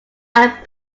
add